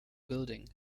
building